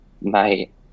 night